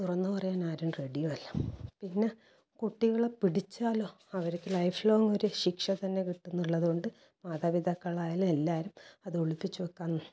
തുറന്നു പറയാൻ ആരും റെഡിയുമല്ല പിന്നെ കുട്ടികളെ പിടിച്ചാലോ അവർക്ക് ലൈഫ് ലോങ്ങ് ഒരു ശിക്ഷ തന്നെ കിട്ടുമെന്നുള്ളതുകൊണ്ട് മാതാപിതാക്കളായാലും എല്ലാവരും അതൊളുപ്പിച്ച് വെക്കാൻ